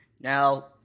Now